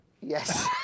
Yes